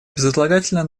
безотлагательно